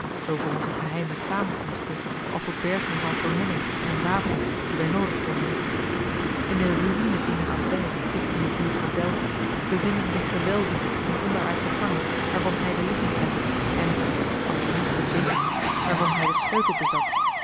zoo voor onze geheime samenkomsten als tot berging van vermomming en wapenen die wij noodig konden hebben in de ruïne eener abdy dicht in de buurt van delft bevinden zich gewelven en onderaardsche gangen waarvan hij de ligging kende en wat het meest beteekende waarvan hij den sleutel bezat